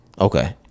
okay